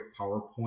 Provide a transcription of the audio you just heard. PowerPoint